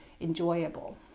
enjoyable